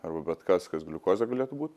arba bet kas kas gliukozė galėtų būt